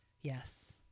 Yes